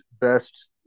best